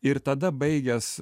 ir tada baigęs